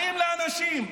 באים לאנשים.